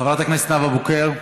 חברת הכנסת נאוה בוקר,